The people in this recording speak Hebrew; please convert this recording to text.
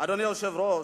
אדוני היושב-ראש,